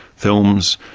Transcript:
films,